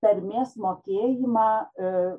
tarmės mokėjimą